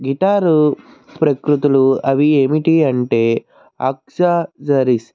guitar ప్రకృతులు అవి ఏమిటి అంటే ఆక్సజరీస్